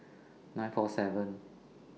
nine four seven